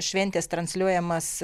šventės transliuojamas